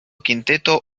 quinteto